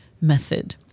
method